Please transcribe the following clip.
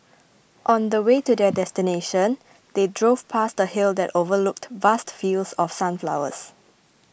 on the way to their destination they drove past a hill that overlooked vast fields of sunflowers